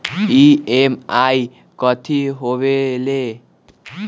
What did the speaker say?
EMI कथी होवेले?